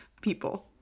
people